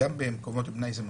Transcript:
במקומות הפנאי זה ממשיך.